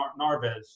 Narvez